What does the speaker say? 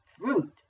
fruit